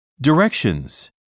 Directions